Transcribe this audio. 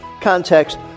context